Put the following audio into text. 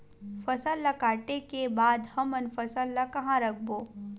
फसल ला काटे के बाद हमन फसल ल कहां रखबो?